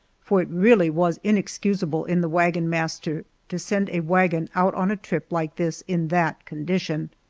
for it really was inexcusable in the wagon master to send a wagon out on a trip like this in that condition.